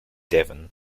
devon